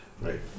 Right